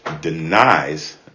denies